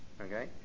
okay